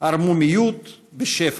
ערמומיות בשפע,